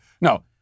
No